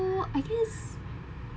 I guess